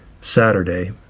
Saturday